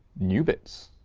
new bits.